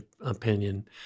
opinion